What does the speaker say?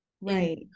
right